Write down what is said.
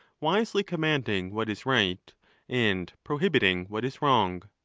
wisely commanding what is right and prohibiting what is wrong.